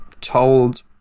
told